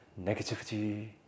negativity